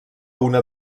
una